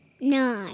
Nine